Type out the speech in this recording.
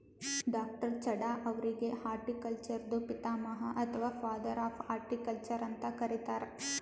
ಡಾ.ಚಢಾ ಅವ್ರಿಗ್ ಹಾರ್ಟಿಕಲ್ಚರ್ದು ಪಿತಾಮಹ ಅಥವಾ ಫಾದರ್ ಆಫ್ ಹಾರ್ಟಿಕಲ್ಚರ್ ಅಂತ್ ಕರಿತಾರ್